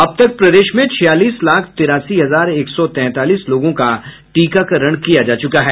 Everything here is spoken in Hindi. अब तक प्रदेश में छियालीस लाख तिरासी हजार एक सौ तैंतालीस लोगों का टीकाकरण किया जा चुका है